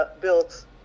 built